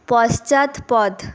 পশ্চাৎপদ